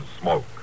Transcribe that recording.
smoke